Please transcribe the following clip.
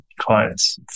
clients